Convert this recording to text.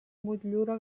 motllura